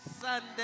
Sunday